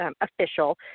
official